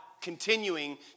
continuing